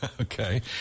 Okay